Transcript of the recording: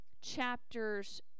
chapters